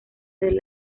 del